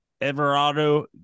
Everardo